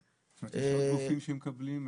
זאת אומרת, יש עוד גופים שמקבלים?